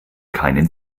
keinen